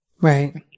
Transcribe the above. Right